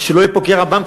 שלא יהיה פה קרע בעם,